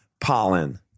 Pollen